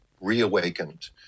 reawakened